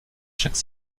chaque